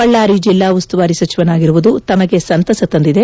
ಬಳ್ಳಾರಿ ಜಿಲ್ಲಾ ಉಸ್ತುವಾರಿ ಸಚಿವನಾಗಿರುವುದುತಮಗೆ ಸಂತಸ ತಂದಿದೆ